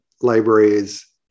libraries